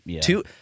Two